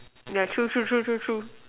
yeah true true true true true